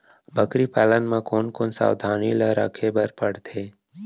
बकरी पालन म कोन कोन सावधानी ल रखे बर पढ़थे?